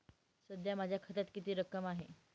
सध्या माझ्या खात्यात किती रक्कम आहे?